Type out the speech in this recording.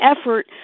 effort